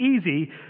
easy